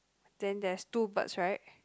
then there's two birds right